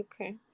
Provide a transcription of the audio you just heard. okay